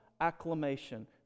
acclamation